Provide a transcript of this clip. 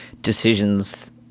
decisions